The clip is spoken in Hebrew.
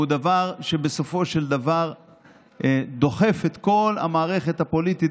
הוא דבר שבסופו של דבר דוחף את כל המערכת הפוליטית